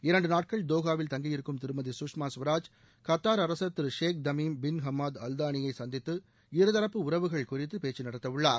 இரண்டு நாட்கள் தோகாவில் தங்கியிருக்கும் திருமதி சுஷ்மா சுவராஜ் கத்தார் அரசர் திரு ஷேக் தமீம் பின் ஹமாது அல்தானியை சந்தித்து இருதரப்பு உறவுகள் குறித்து பேச்சுநடத்தவுள்ளார்